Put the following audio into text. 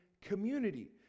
community